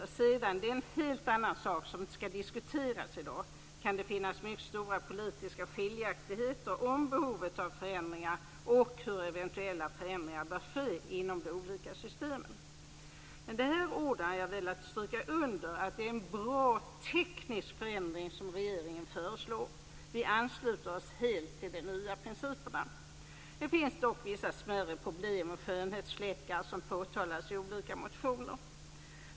Sedan - och det är en helt annan sak som inte ska diskuteras i dag - kan det finnas mycket stora politiska skiljaktigheter om behovet av förändringar och om hur eventuella förändringar bör ske inom de olika systemen. Med dessa ord har jag velat stryka under att det är en bra teknisk förändring som regeringen föreslår. Vi ansluter oss helt till de nya principerna. Det finns dock vissa smärre problem och skönhetsfläckar som påtalats i olika motioner.